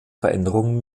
veränderungen